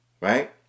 Right